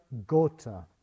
Gota